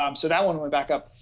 um so that one went back up.